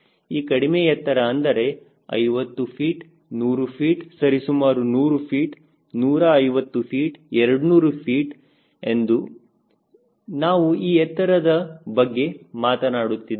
ಈ ಕಡಿಮೆ ಎತ್ತರ ಅಂದರೆ 50 ಫೀಟ್ 100 ಫೀಟ್ ಸರಿಸುಮಾರು 100 ಫೀಟ್ 150 ಫೀಟ್ 200 ಫೀಟ್ ಇಂದು ನಾವು ಈ ಎತ್ತರದ ಬಗ್ಗೆ ಮಾತನಾಡುತ್ತಿದ್ದೇವೆ